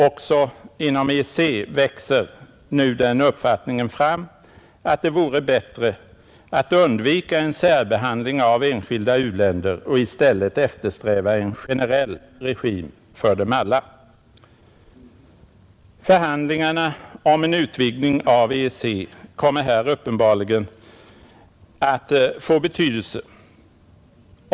Även inom EEC växer alltså nu den uppfattningen fram att det vore bättre att undvika en särbehandling av enskilda u-länder och i stället eftersträva en generell regim för dem alla, Förhandlingarna om en utvidgning av EEC kommer här uppenbarligen att få betydelse.